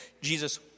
Jesus